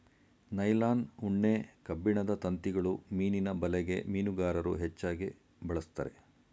nylon, ಉಣ್ಣೆ, ಕಬ್ಬಿಣದ ತಂತಿಗಳು ಮೀನಿನ ಬಲೆಗೆ ಮೀನುಗಾರರು ಹೆಚ್ಚಾಗಿ ಬಳಸ್ತರೆ